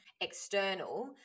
external